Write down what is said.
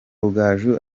rugaju